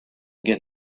get